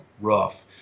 rough